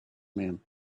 man